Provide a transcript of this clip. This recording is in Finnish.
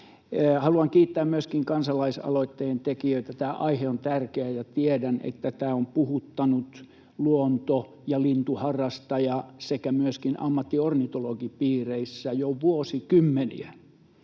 Haluan kiittää myöskin kansalaisaloitteen tekijöitä. Tämä aihe on tärkeä, ja tiedän, että tämä on puhuttanut luonto- ja lintuharrastaja- sekä myöskin ammattiornitologipiireissä jo vuosikymmeniä.